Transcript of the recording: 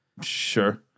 Sure